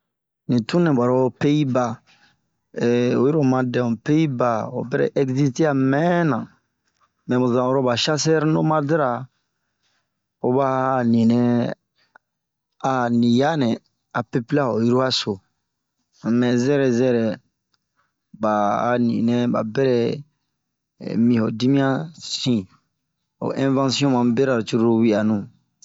Li tun nɛh ba lo peyiba, ɛh oyi lo oma dɛmu, peyiba ho bɛrɛ ekzizia mɛɛna.mɛ muzan oroba sasɛrɛ nomadera, oba ninɛɛ, a'a niyaa nɛɛ a pepile hoyɔrɔso. Mɛɛ zɛrɛ zɛrɛ, baa 'a ninɛ ba berɛ mii ho dimiɲan sinh, ho ɛnvansiɔn mami bera cururu wi'anu.